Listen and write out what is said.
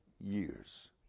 years